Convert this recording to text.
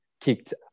kicked